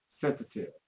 sensitive